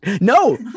no